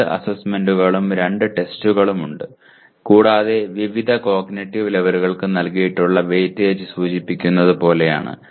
രണ്ട് അസൈൻമെന്റുകളും രണ്ട് ടെസ്റ്റുകളും ഉണ്ട് കൂടാതെ വിവിധ കോഗ്നിറ്റീവ് ലെവലുകൾക്ക് നൽകിയിട്ടുള്ള വെയിറ്റേജ് സൂചിപ്പിക്കുന്നത് പോലെയാണ്